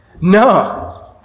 No